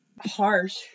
harsh